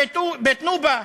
בית-נובא,